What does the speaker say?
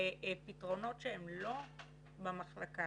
בפתרונות שהם לא במחלקה,